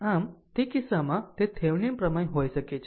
આમ તે કિસ્સામાં તે થેવેનિન પ્રમેય હોઈ શકે છે